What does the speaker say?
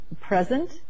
present